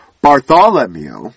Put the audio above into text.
Bartholomew